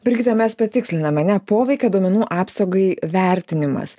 brigita mes patikslinam ane poveikio duomenų apsaugai vertinimas